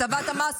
הטבת המס